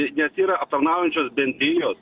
nes yra aptarnaujančios bendrijos